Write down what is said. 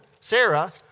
Sarah